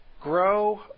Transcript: grow